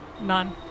None